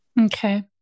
Okay